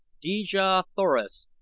dejah thoris!